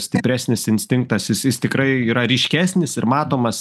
stipresnis instinktas jis jis tikrai yra ryškesnis ir matomas